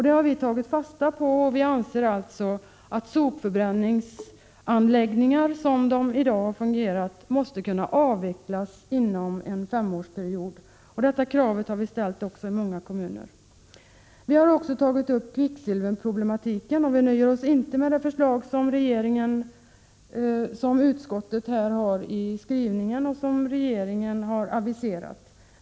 Det har vi tagit fasta på och anser att sopförbränningsanläggningarna, som de i dag fungerar, måste kunna avvecklas inom en femårsperiod. Detta krav har vi också ställt i många kommuner. Vi har också tagit upp kvicksilverproblematiken och nöjer oss inte med det förslag som utskottet här har i sin skrivning och som regeringen har aviserat.